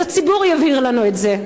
אז הציבור יבהיר לנו את זה.